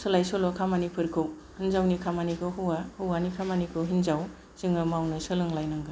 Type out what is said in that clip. सोलाय सोल' खामानिफोरखौ हिनजावनि खामानिखौ हौवा हौवानि खामानिखौ हिनजाव जोङो मावनो सोलोंलायनांगोन